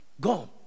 Go